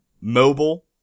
mobile